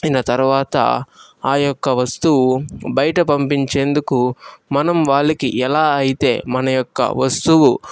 సినతర్వాత ఆ యొక్క వస్తువు బయట పంపించేందుకు మనం వాళ్ళకి ఎలా అయితే మన యొక్క వస్తువు